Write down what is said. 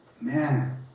man